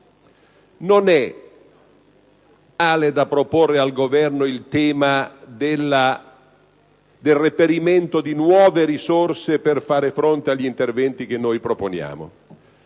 non è tale da proporre al Governo il tema del reperimento di nuove risorse per far fronte agli interventi che noi proponiamo.